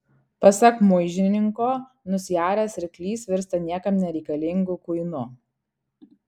pasak muižiniko nusiaręs arklys virsta niekam nereikalingu kuinu